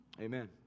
Amen